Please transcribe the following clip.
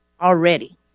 already